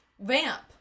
Vamp